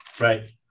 Right